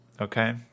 okay